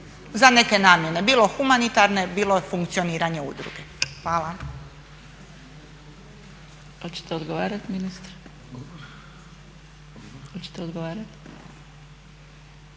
za neke namjene, bilo humanitarne, bilo funkcioniranje udruge. Hvala.